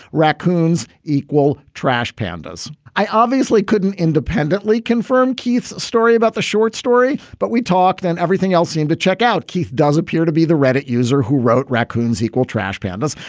raccoons, equal trash pandas. i obviously couldn't independently confirm keith's story about the short story, but we talked and everything else seemed to check out. keith does appear to be the reddit user who wrote raccoons equal trash pandas,